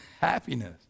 Happiness